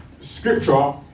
scripture